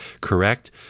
correct